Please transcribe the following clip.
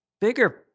bigger